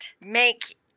make